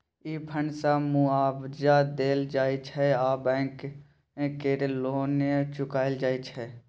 ई fund सँ मुआबजा देल जाइ छै आ बैंक केर लोन चुकाएल जाइत छै